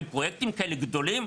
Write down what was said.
לפרויקטים כאלה גדולים?